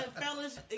fellas